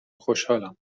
خوشحالم